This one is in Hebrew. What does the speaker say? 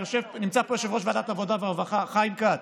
נמצא פה יושב-ראש ועדת העבודה והרווחה חיים כץ.